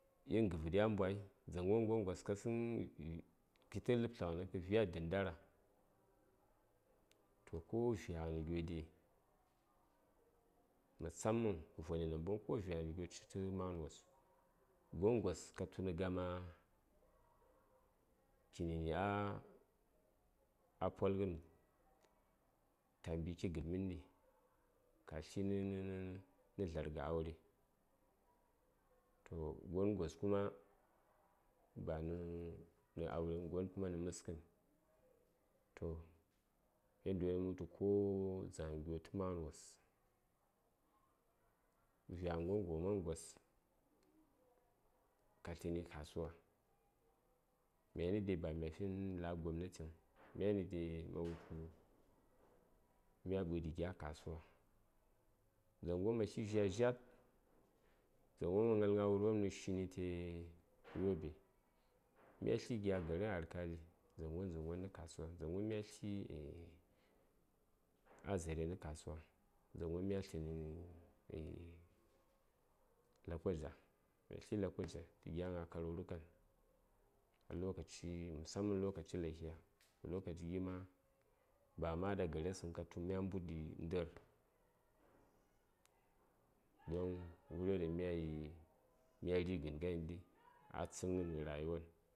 gin gəvəd ya mbwai dzaŋgon gon gos ka tsən kitə ləb tləghənəŋ kə vyai dən dara toh ko vyaghən gyo dai masaman voni namboŋ ko vyaghən gyo citə maghən wos gon gos katu nə gama kinə a a polghən ta mbiki gəd məndi ka tli nə dlar ghə aure to gon gos kuma banə aureŋ gon kuma nə məskən toh yandiyo ɗaŋ mə wultu ko dzaŋyi gyo tə maghəni wos vyaghəni gon gos ma gos ka tləni kasuwa myani dai bamya fin laghə gobnatiŋ myani dai ma wultu mya ɓəɗi gya kasuwa dzaŋgon ma tli gna dzyad dzyad dzaŋgon mə gnal gna wurɓan mə shini te yobe mya tli gya gaɓan alkali nə kasuwa dzaŋgon mya tli azare nə kasuwa dzaŋgon mya tləni lokoja mya tli lokoja tə gya gna karurukan a lokaci musaman a lokaci lahiya lokaci gi ma ba ma ɗa garesəŋ ka tu mya mbudɗi ndə:r don ghərwon dan myai ghərwon ɗaŋ mya righən ghai ghəndi a tsənghən ghə rayuwan.